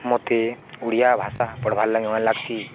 ମୋତେ ଓଡ଼ିଆ ଭାଷା ପଢ଼୍ବାର୍ ଲାଗି ଭଲ୍ ଲାଗ୍ସି